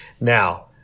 Now